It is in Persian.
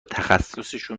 تخصصشون